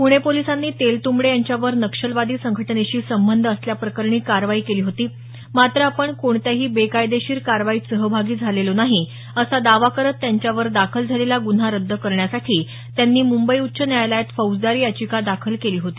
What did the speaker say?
पुणे पोलिसांनी तेलतुंबडे यांच्यावर नक्षलवादी संघटनेशी संबंध असल्याप्रकरणी कारवाई केली होती मात्र आपण कोणत्याही बेकायदेशीर कारवाईत सहभागी झालेलो नाही असा दावा करत त्यांच्यावर दाखल झालेला गुन्हा रद्द करण्यासाठी त्यांनी मुंबई उच्च न्यायालयात फौजदारी याचिका दाखल केली होती